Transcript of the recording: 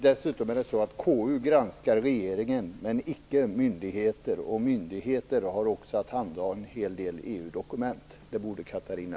Dessutom är det så att KU granskar regeringen men icke myndigheter, och myndigheter har också att handha en hel del EU-dokument. Det borde Catarina